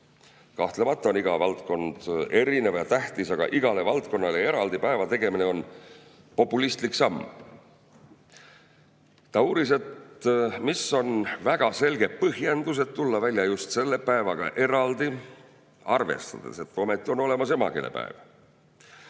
Kahtlemata on iga valdkond erinev ja tähtis, aga igale valdkonnale eraldi päeva tegemine on populistlik samm. Mölder uuris, et mis on väga selge põhjendus, et tulla välja just selle päevaga eraldi, arvestades, et ometi on olemas emakeelepäev.